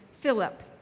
Philip